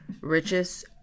richest